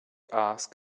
ask